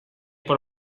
por